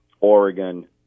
Oregon